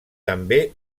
també